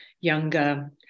younger